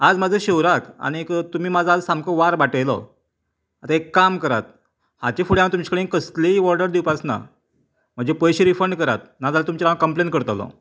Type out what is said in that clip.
आज म्हजो शिवराग आनीग तुमी म्हजो आयज सामको वार बाटयलो एक काम करात हाचे फुडें हांव तुमचे कडेन कसलीय ऑडर दिवपाच ना म्हजे पयशे रीफंड करात ना जाल्यार तुमचेर हांव कम्लेन करतलो